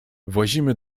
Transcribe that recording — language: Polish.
włazimy